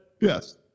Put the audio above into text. Yes